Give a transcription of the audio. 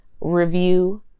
review